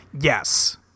Yes